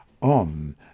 on